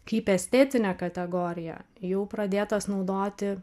kaip estetinė kategorija jau pradėtos naudoti